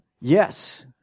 Yes